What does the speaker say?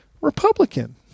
Republican